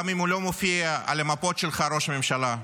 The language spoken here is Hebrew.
גם אם הוא לא מופיע על המפות שלך, ראש הממשלה,